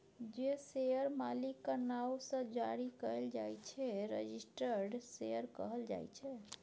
जे शेयर मालिकक नाओ सँ जारी कएल जाइ छै रजिस्टर्ड शेयर कहल जाइ छै